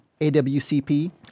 AWCP